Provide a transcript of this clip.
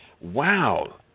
Wow